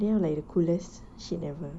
they have like the coolest shit ever